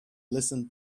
listened